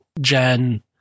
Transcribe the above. Jen